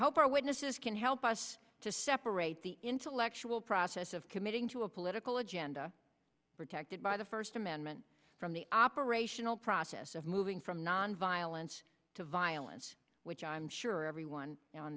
hope our witnesses can help us to separate the intellectual process of committing to a political agenda protected by the first amendment from the operational process of moving from nonviolence to violence which i'm sure everyone on